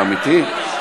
אתה אמיתי?